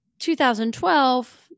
2012